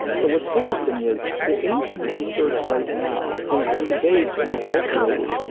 so what's interesting is, the aging research right now is debased and adulterated,